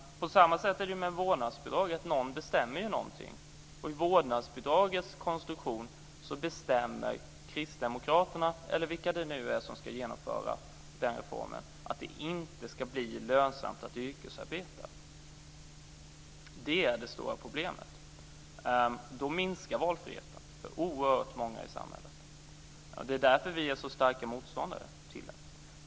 På samma sätt är det med vårdnadsbidraget, dvs. någon bestämmer någonting. I vårdnadsbidragets konstruktion bestämmer kristdemokraterna - eller de som ska genomföra reformen - att det inte ska bli lönsamt att yrkesarbeta. Det är det stora problemet. Då minskar valfriheten för oerhört många i samhället. Det är därför vi är så starka motståndare till vårdnadsbidraget.